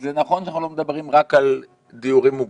זה נכון שאנחנו לא מדברים רק על דיורים מוגנים,